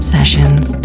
Sessions